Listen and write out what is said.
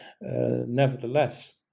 nevertheless